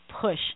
push